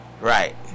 Right